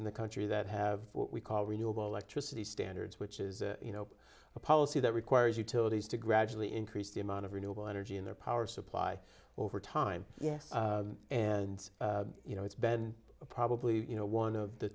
in the country that have what we call renewable electricity standards which is you know a policy that requires utilities to gradually increase the amount of renewable energy in their power supply over time yes and you know it's been probably you know one of the